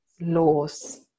laws